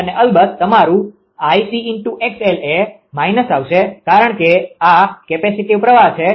અને અલબત્ત તમારું 𝐼𝑐𝑥𝑙 એ માઈનસ આવશે કારણ કે આ કેપેસિટીવ પ્રવાહ છે